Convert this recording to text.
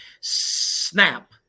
snap –